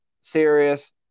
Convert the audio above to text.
serious